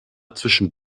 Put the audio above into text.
zwischen